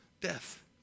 death